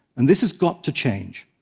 and this has got to change.